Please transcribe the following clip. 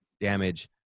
damage